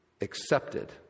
accepted